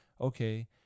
Okay